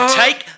take